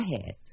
ahead